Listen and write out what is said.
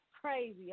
crazy